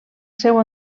seu